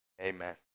Amen